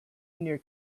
near